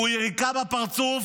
והוא יריקה בפרצוף